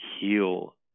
heal